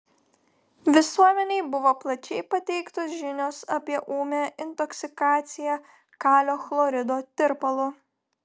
visuomenei buvo plačiai pateiktos žinios apie ūmią intoksikaciją kalio chlorido tirpalu